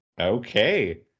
Okay